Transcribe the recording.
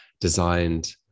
designed